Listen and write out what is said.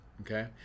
Okay